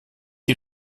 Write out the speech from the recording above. die